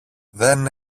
δεν